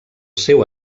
seu